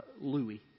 Louis